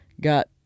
got